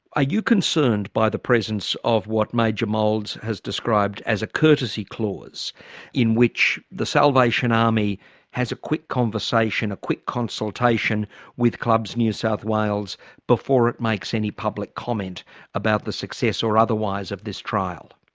ah you concerned by the presence of what major moulds has described as a courtesy clause in which the salvation army has a quick conversation, a quick consultation with clubs new south wales before it makes any public comment about the success or otherwise of this trial?